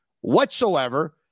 whatsoever